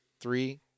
Three